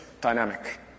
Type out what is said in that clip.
dynamic